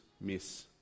miss